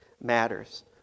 matters